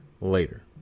later